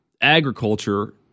agriculture